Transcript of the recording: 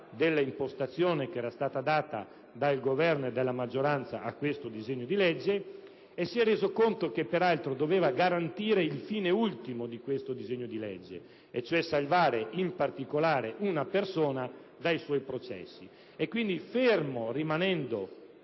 dell'impostazione che era stata data dal Governo e dalla maggioranza a questo disegno di legge, ma si è altresì reso conto che doveva garantire il fine ultimo dello stesso, e cioè salvare in particolare una persona dai suoi processi. Quindi, ferma rimanendo